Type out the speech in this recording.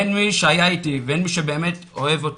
אין מי שהיה איתי ואין מי שבאמת אוהב אותי.